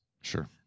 sure